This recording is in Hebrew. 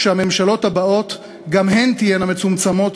שהממשלות הבאות גם הן תהיינה מצומצמות,